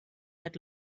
had